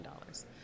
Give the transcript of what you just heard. dollars